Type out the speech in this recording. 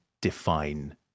define